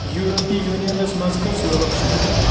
یوٗروپی unions منز کٔژ مُلک چھِ ؟